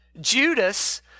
Judas